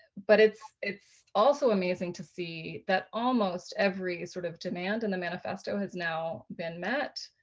but it's it's also amazing to see that almost every sort of demand in the manifesto has now been met.